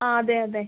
ആ അതെ അതെ